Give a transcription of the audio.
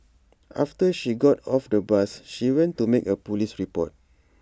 after she got off the bus she went to make A Police report